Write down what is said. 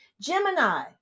Gemini